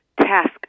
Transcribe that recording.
task